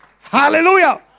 Hallelujah